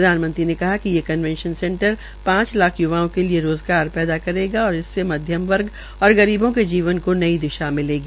प्रधानमंत्री ने कहा कि ये कंनवेंशन सेंटर पांच लाख य्वाओं के लिए रोज़गार पैदा करेगा और इससे मध्यम वर्ग और गरीबों के जीवन को नई दिशा मिलेगी